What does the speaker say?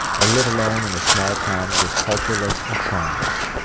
i live alone in a small town that is cultureless and charmless.